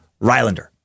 Rylander